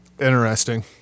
Interesting